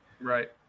Right